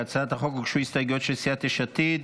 להצעת החוק הוגשו הסתייגויות של סיעת יש עתיד.